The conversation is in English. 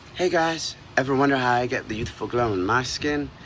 hey guys. ever wonder how i get the youthful glow in my skin?